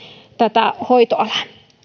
tätä hoitoalaa